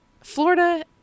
Florida